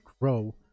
grow